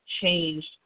changed